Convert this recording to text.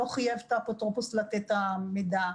לא חייב את האפוטרופוס לתת את המידע,